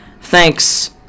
thanks